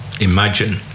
imagine